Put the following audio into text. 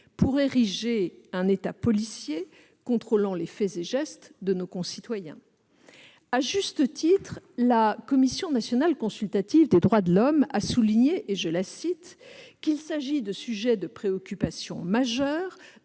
d'ériger un État policier, contrôlant les faits et gestes de nos concitoyens. À juste titre, la Commission nationale consultative des droits de l'homme (CNCDH) souligne qu'« il s'agit de sujets de préoccupation majeurs